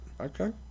Okay